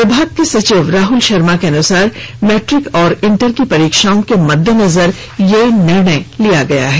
विभाग के सचिव राहुल शर्मा के अनुसार मैट्रिक और इंटर की परीक्षाओं के मददेनजर यह निर्णय लिया गया है